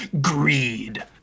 greed